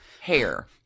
hair